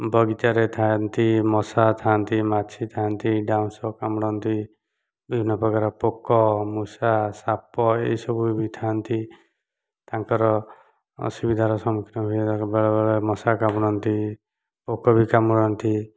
ବଗିଚାରେ ଥାଆନ୍ତି ମଶା ଥାଆନ୍ତି ମାଛି ଥାଆନ୍ତି ଡାଉଁଶ କାମୁଡ଼ନ୍ତି ବିଭିନ୍ନ ପ୍ରକାର ପୋକ ମୂଷା ସାପ ଏଇ ସବୁ ବି ଥାଆନ୍ତି ତାଙ୍କର ଅସୁବିଧାର ସମ୍ମୁଖୀନ ବେଳେବେଳେ ମଶା କାମୁଡ଼ନ୍ତି ପୋକ ବି କାମୁଡ଼ନ୍ତି